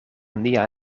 nia